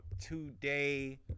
today